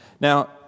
Now